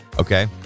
Okay